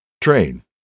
Train